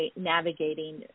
navigating